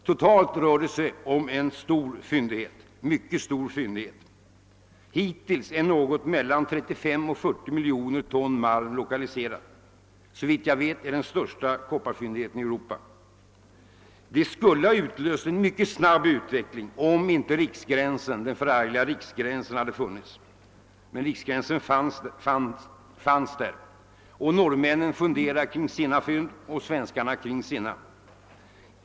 Sammanlagt rör det sig om en mycket stor fyndighet. Hittills är något mellan 35 och 40 miljoner ton malm lokaliserad. Såvitt jag vet är det den största kopparfyndigheten i Europa. Den skulle ha utlöst en mycket snabb utveckling om inte den förargliga riksgränsen funnits. Norrmännen funderade kring sina fynd och svenskarna kring sina.